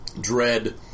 Dread